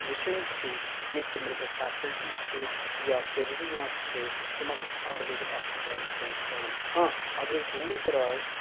وٕچھان چھِ ییٚتہِ چہِ میٚڈِکل فیسَلٹیٖز چھِ یا سٔروِسِز یِم ہَسا چھِ تِم آسہٕ اسہِ اٮ۪وَلیبٕل آسان ٹُوَنٹی فور سٮ۪وَن ہاں اگر أسۍ دوٗر دَراز